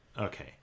Okay